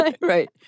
Right